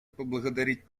поблагодарить